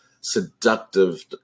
seductive